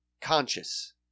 conscious